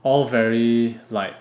all very like